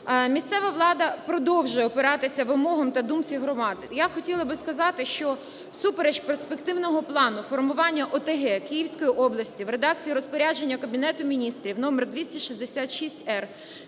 Місцева влада продовжує упиратися вимогам та думці громади. Я хотіла б сказати, що всупереч перспективного плану формування ОТГ Київської області в редакції розпорядження Кабінету Міністрів № 266-р